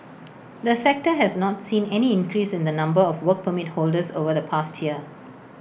the sector has not seen any increase in the number of Work Permit holders over the past year